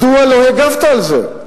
מדוע לא הגבת על זה?